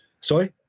Sorry